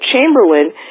Chamberlain